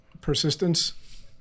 persistence